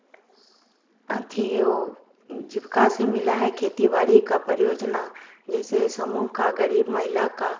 अथी वह जीविका से मिला है खेती बाड़ी का परियोजना जैसे समूह का गरीब महिला का